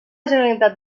generalitat